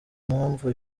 mpamvu